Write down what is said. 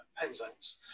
Penzance